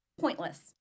pointless